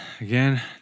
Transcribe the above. Again